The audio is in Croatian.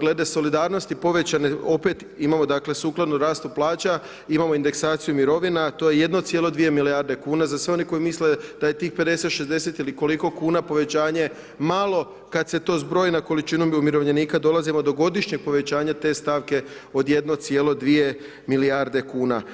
glede solidarnosti povećane opet imamo dakle sukladno rastu plaća, imamo indeksaciju mirovina, to je 1,2 milijarde kn, za sve one koji misle da je tih 50, 60 ili koliko kuna povećanje malo, kada se to zbroji, na količinu umirovljenika, dolazimo do godišnjeg povećanja te stavke od 1,2 milijardi kn.